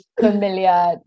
familiar